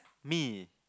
me